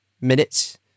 minutes